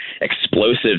explosive